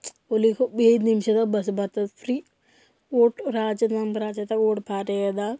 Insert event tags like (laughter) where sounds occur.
(unintelligible) ಐದು ನಿಮ್ಷದಾಗೆ ಬಸ್ ಬರ್ತದೆ ಫ್ರೀ ಒಟ್ಟು ರಾಜ್ಯದ ನಮ್ಮ ರಾಜ್ಯದಾಗ ಒಟ್ಟು ಭಾರಿ ಇದೆ